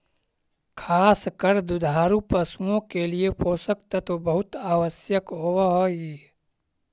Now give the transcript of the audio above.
खास कर दुधारू पशुओं के लिए पोषक तत्व बहुत आवश्यक होवअ हई